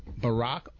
Barack